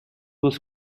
was